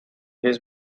his